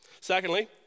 Secondly